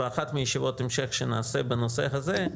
באחת מישיבות ההמשך שנעשה בנושא הזה,